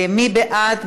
מי בעד?